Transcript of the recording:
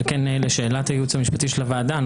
לשאלת הייעוץ המשפטי של הוועדה,